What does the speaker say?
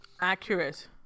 Accurate